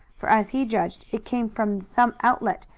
for, as he judged, it came from some outlet,